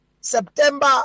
September